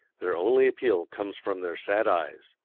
their only appeal comes from their sad eyes,